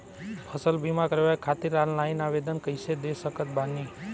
फसल बीमा करवाए खातिर ऑनलाइन आवेदन कइसे दे सकत बानी?